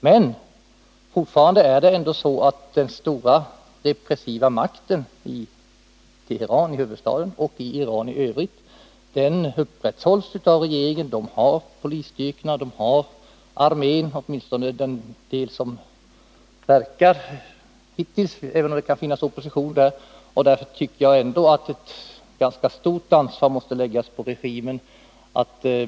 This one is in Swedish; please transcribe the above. Men fortfarande är det ändå så att den stora repressiva makten i huvudstaden Teheran och i Iran i övrigt upprätthålls av regeringen. Den har polisstyrkorna och den har armén — åtminstone den del som varit verksam hittills, även om det kan finnas opposition där. Därför tycker jag att ett ganska stort ansvar måste läggas på regimen.